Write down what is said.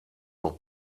noch